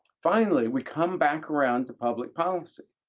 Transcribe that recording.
finally, we come back around to public policy.